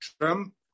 Trump